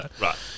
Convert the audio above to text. right